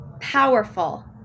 powerful